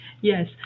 yes